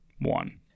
one